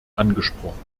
angesprochen